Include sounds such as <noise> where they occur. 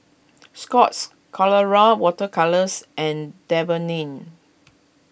<noise> Scott's Colora Water Colours and Dermaveen